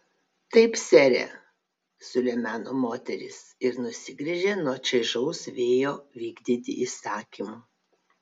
taip sere sulemeno moteris ir nusigręžė nuo čaižaus vėjo vykdyti įsakymų